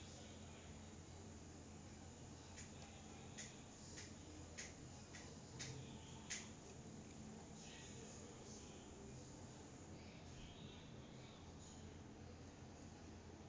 <S